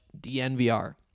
dnvr